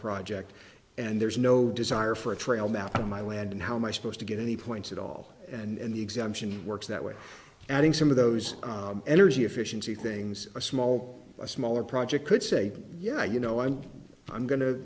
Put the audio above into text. project and there's no desire for a trail map on my land and how my supposed to get any points at all and the exemption works that way adding some of those energy efficiency things a small a smaller project could say yeah you know i'm i'm go